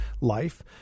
life